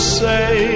say